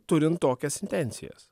turint tokias intencijas